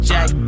Jack